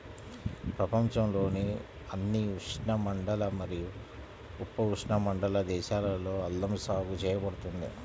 ప్రపంచంలోని అన్ని ఉష్ణమండల మరియు ఉపఉష్ణమండల దేశాలలో అల్లం సాగు చేయబడుతుంది